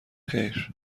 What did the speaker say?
خیر